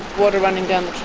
water running down